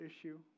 issue